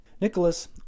Nicholas